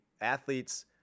athletes